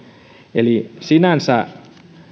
eli sinänsä